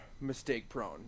mistake-prone